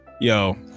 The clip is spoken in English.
Yo